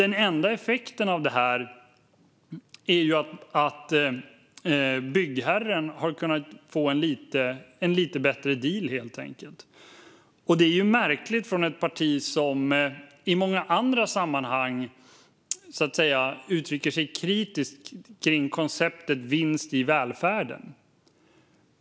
Den enda effekten av detta är att byggherren har kunnat få en lite bättre deal, och det är ju märkligt från ett parti som i många andra sammanhang uttrycker sig kritiskt till konceptet vinst i välfärd.